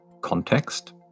context